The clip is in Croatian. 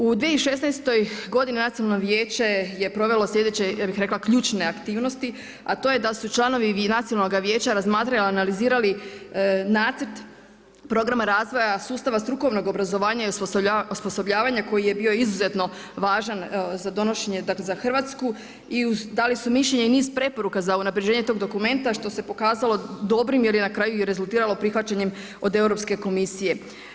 U 2016. godini Nacionalno vijeće je provelo slijedeće, ja bi rekla, ključne aktivnosti, a to ej da su članovi i Nacionalnoga vijeća razmatrali i analizirali nacrt programa razvoja sustava strukovnog obrazovanja i osposobljavanja koji je bio izuzetno važan za donošenje, dakle za Hrvatsku i dali su mišljenje i niz preporuka za unapređenje tog dokumenta što se pokazalo dobrim jer je na kraju i rezultiralo prihvaćanjem od Europske komisije.